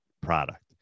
product